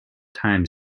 time